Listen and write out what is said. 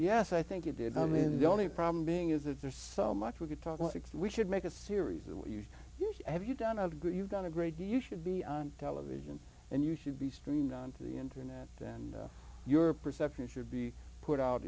yes i think you did i mean the only problem being is that there's so much we could talk about it's we should make a series of what you have you done of good you've done a great deal you should be on television and you should be streamed on to the internet and your perception should be put out